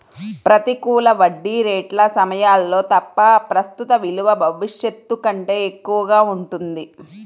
ప్రతికూల వడ్డీ రేట్ల సమయాల్లో తప్ప, ప్రస్తుత విలువ భవిష్యత్తు కంటే ఎక్కువగా ఉంటుంది